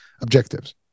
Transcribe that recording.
objectives